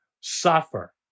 suffer